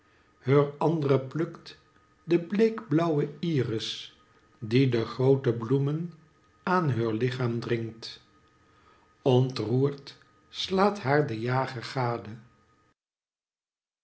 heur andre plukt de bleekblauwe iris die de groote bloemen aan heur lichaam dringt ontroerd slaat haar de jager gade